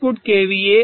output kVA అనేది 2